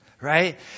right